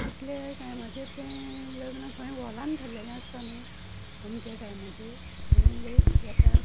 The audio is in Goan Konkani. कितल्या टायमाचेर तें लग्न खंय हॉलान थल्लेलें आसता न्हय अमके टायमाचेर थंय लोक येता